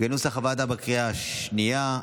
בקריאה השנייה.